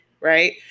Right